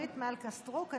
אורית מלכה סטרוק.